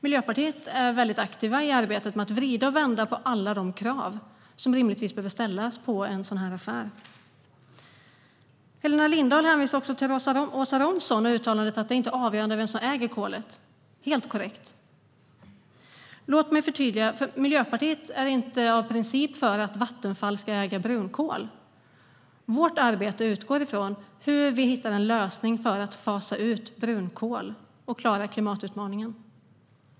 Miljöpartiet är väldigt aktivt i arbetet med att vrida och vända på alla de krav som rimligtvis behöver ställas på en sådan här affär. Helena Lindahl hänvisade också till Åsa Romson och uttalandet att det inte är avgörande vem som äger kolet. Det är helt korrekt. Låt mig förtydliga: Miljöpartiet är inte av princip för att Vattenfall ska äga brunkol. Vårt arbete utgår ifrån hur vi hittar en lösning för att fasa ut brunkol och klara klimatutmaningen.